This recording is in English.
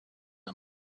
them